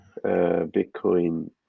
bitcoin